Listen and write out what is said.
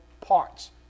parts